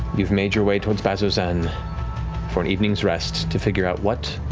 you've made your way towards bazzoxan for an evening's rest to figure out what